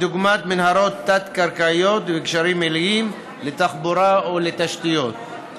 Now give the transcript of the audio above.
דוגמת מנהרות תת-קרקעיות וגשרים עיליים לתחבורה או לתשתיות.